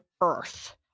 earth